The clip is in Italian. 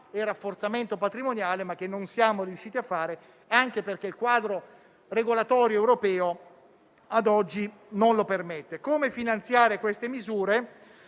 e rafforzamento patrimoniale), senza però riuscirvi, perché il quadro regolatorio europeo a oggi non lo permette. Come finanziare queste misure?